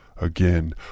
Again